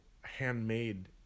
handmade